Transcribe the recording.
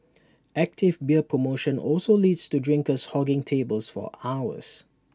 active beer promotion also leads to drinkers hogging tables for hours